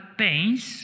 pains